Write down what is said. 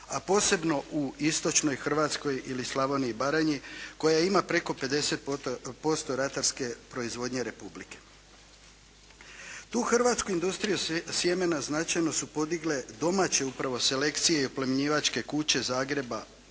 a posebno u istočnoj Hrvatskoj ili Slavoniji i Baranji koja ima preko 50% ratarske proizvodnje Republike Hrvatske. Tu hrvatsku industriju sjemena značajno su podigle domaće upravo selekcije i oplemenjivačke kuće Zagreba,